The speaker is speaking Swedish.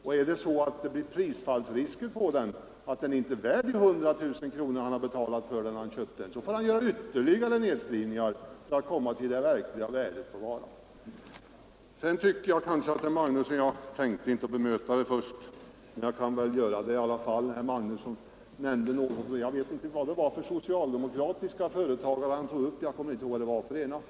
Blir det risk för prisfall, så att varorna inte blir värda de 100 000 kronor han betalade när han köpte dem, får han göra ytterligare nedskrivningar för att komma fram till varornas verkliga värde. Jag tänkte först inte bemöta herr Magnusson som nämnde några socialdemokratiska företagare — jag vet inte vilka — men jag skall ändå göra det.